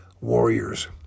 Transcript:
Warriors